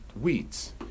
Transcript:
weeds